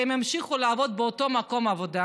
שהם ימשיכו לעבוד באותו מקום עבודה,